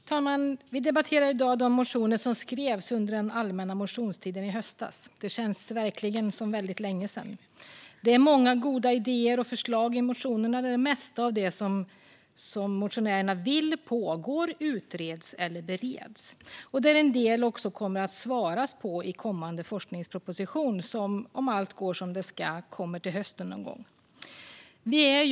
Fru talman! Vi debatterar i dag de motioner som skrevs under den allmänna motionstiden i höstas. Det känns verkligen som väldigt länge sedan. Det finns många goda idéer och förslag i motionerna, och det mesta av det som motionärerna vill pågår, utreds eller bereds. En del kommer det också att svaras på i kommande forskningsproposition som, om allt går som det ska, kommer någon gång till hösten.